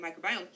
microbiome